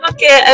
Okay